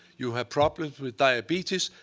you have problems with diabetes.